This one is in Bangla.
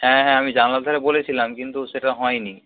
হ্যাঁ হ্যাঁ আমি জানালার ধারে বলেছিলাম কিন্তু সেটা হয়নি